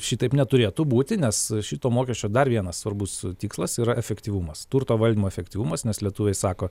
šitaip neturėtų būti nes šito mokesčio dar vienas svarbus tikslas yra efektyvumas turto valdymo efektyvumas nes lietuviai sako